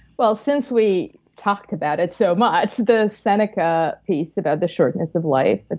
well, since we talked about it so much, the seneca piece about the shortness of life, but